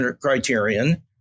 criterion